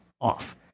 off